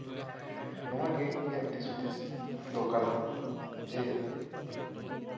ᱱᱚᱣᱟᱜᱮ ᱤᱧᱟᱹᱜ ᱫᱤᱥ ᱦᱩᱫᱤᱥ ᱫᱚ ᱠᱟᱱᱟ ᱡᱮ